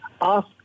ask